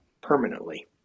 permanently